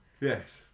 Yes